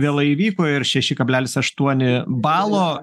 vėlai įvyko ir šeši kablelis aštuoni balo